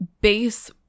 base